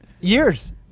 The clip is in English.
Years